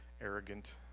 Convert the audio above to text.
arrogant